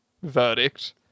verdict